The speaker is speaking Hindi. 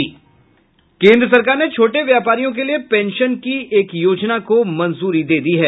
केन्द्र सरकार ने छोटे व्यापारियों के लिए पेंशन की एक योजना को मंजूरी दे दी है